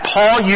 Paul